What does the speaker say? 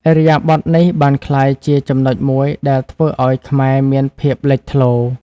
ឥរិយាបថនេះបានក្លាយជាចំណុចមួយដែលធ្វើឱ្យខ្មែរមានភាពលេចធ្លោ។